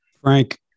Frank